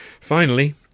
Finally